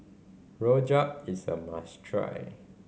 rojak is a must try